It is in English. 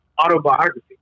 autobiography